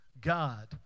God